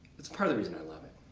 that's part of the reason i love it.